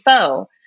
Foe